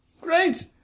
Great